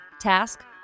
task